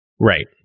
Right